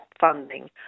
funding